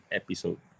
episode